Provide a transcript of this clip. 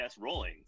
rolling